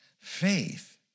Faith